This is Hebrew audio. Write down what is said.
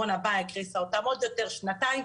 הקורונה באה והקריסה אותם עוד יותר שנתיים.